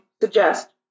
suggest